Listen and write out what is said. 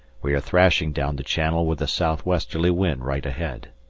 we are thrashing down the channel with a south-westerly wind right ahead.